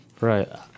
Right